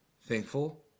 thankful